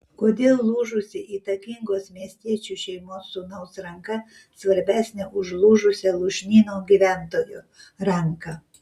kodėl lūžusi įtakingos miestiečių šeimos sūnaus ranka svarbesnė už lūžusią lūšnyno gyventojo ranką